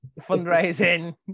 fundraising